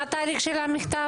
מה התאריך של המכתב?